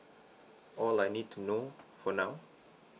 all I need to know for now